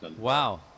Wow